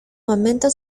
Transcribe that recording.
momento